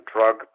drug